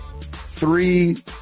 three